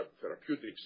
Therapeutics